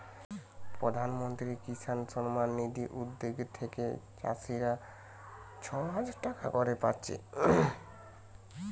প্রধানমন্ত্রী কিষান সম্মান নিধি উদ্যগ থিকে চাষীরা ছয় হাজার টাকা অব্দি পাচ্ছে